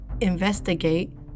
investigate